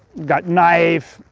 got knife,